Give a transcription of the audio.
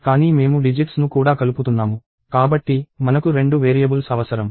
కానీ మేము డిజిట్స్ ను కూడా కలుపుతున్నాము కాబట్టి మనకు రెండు వేరియబుల్స్ అవసరం